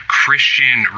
Christian